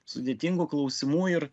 sudėtingų klausimų ir